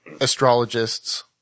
astrologists –